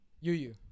Yu-Yu